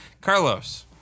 Carlos